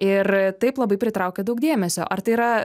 ir taip labai pritraukia daug dėmesio ar tai yra